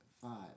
five